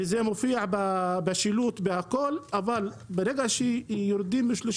וזה מופיע בשילוט, בהכל, אבל ברגע שיורדים מ-31